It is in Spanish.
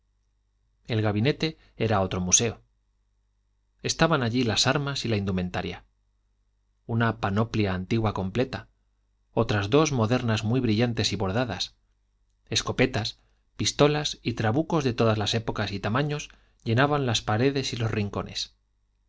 el gabinete era otro museo estaban allí las armas y la indumentaria una panoplia antigua completa otras dos modernas muy brillantes y bordadas escopetas pistolas y trabucos de todas épocas y tamaños llenaban las paredes y los rincones